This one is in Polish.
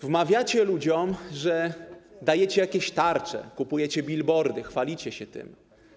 Wmawiacie ludziom, że dajecie jakieś tarcze, kupujecie bilbordy, chwalicie się tym.